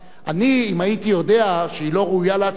אם הייתי יודע שהיא לא ראויה להצמדה,